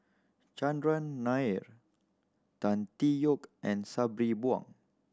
Chandran Nair Tan Tee Yoke and Sabri Buang